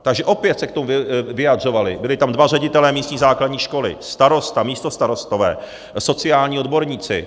Takže se opět k tomu vyjadřovali, byli tam dva ředitelé místní základní školy, starosta, místostarostové, sociální odborníci.